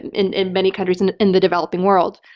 in in many countries in in the developing world.